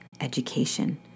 education